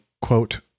quote